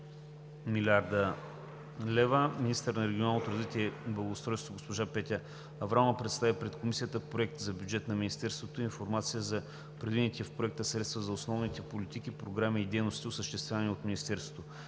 Министърът на регионалното развитие и благоустройството госпожа Петя Аврамова представи пред Комисията проекта за бюджет на Министерството и информация за предвидените средства за основните политики, програми и дейностите, осъществявани от него.